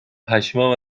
پشمام